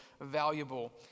valuable